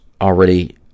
already